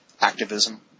activism